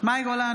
מאי גולן,